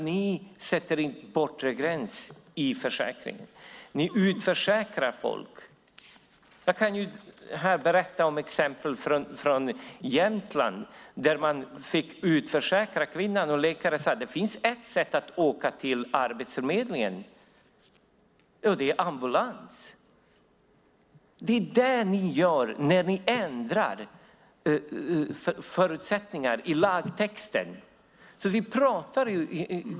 Ni sätter en bortre gräns i försäkringen. Ni utförsäkrar folk. Jag kan berätta om ett exempel från Jämtland där man fick utförsäkra en kvinna och läkaren sade: Det finns ett sätt att åka till Arbetsförmedlingen, och det är ambulans. Det är det ni gör när ni ändrar förutsättningarna i lagtexten.